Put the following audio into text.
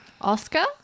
Oscar